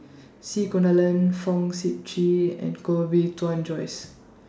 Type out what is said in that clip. C Kunalan Fong Sip Chee and Koh Bee Tuan Joyce